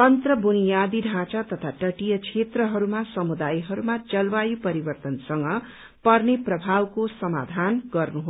तन्त्र बुनियादी ढाँचा तथा तटीय क्षेत्रहरूमा समुदायहरूमा जलवायु परिवर्तनसँग पर्ने प्रभावको समाधान गर्नु हो